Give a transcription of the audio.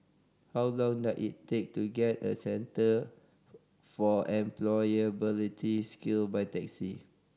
how long does it take to get a Centre for Employability Skill by taxi